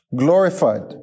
glorified